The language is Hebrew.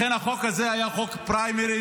לכן החוק הזה היה חוק פריימריז,